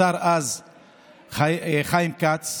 השר אז היה חיים כץ,